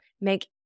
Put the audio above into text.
make